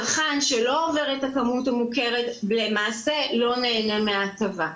צרכן שלא עובר את הכמות המוכרת למעשה לא נהנה מההטבה.